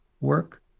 work